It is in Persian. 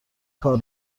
کار